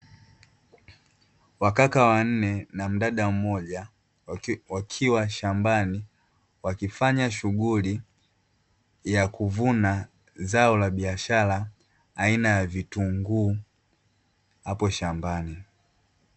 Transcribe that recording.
Wakaka wanne na mdada mmoja, wakiwa shambani wakifanya shughuli ya kuvuna zao la biashara aina ya vitunguu hapo shambani.